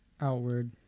outward